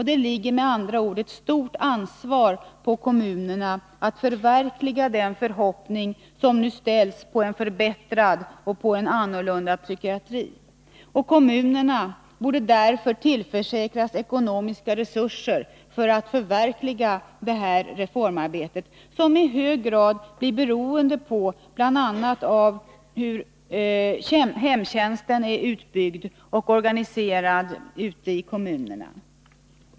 Det ligger med andra ord ett stort ansvar på kommunerna att förverkliga den förhoppning som nu ställs på en förbättrad och annorlunda psykiatri. Kommunerna bör därför tillförsäkras ekonomiska resurser för att förverkliga detta reformarbete, som i hög grad blir beroende av hur bl.a. hemtjänsten är utbyggd och organiserad ute i kommunerna.